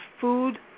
food